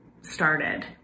started